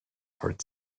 heart